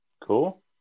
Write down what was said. Cool